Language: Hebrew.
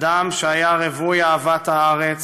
אדם שהיה רווי אהבת הארץ,